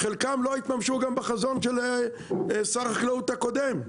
חלקם לא התממשו גם בחזון של שר החקלאות הקודם.